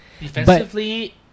Defensively